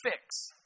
fix